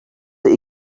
that